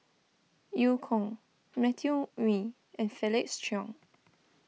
Eu Kong Matthew Ngui and Felix Cheong